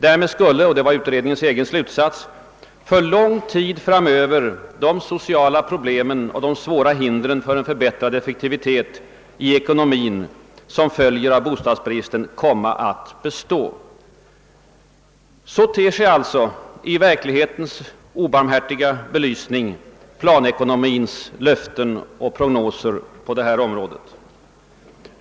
Därmed skulle enligt utredningen för lång tid framöver de sociala problem och de svåra hinder för en för bättrad effektivitet i ekonomin som följer av bostadsbristen komma att bestå. Så ter sig alltså i verklighetens obarmhärtiga belysning planekonomins löften och prognoser.